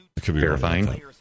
Verifying